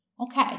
Okay